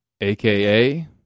aka